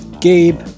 Gabe